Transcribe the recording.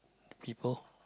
people